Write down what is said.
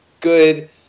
good